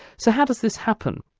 so how does this happen?